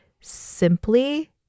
simply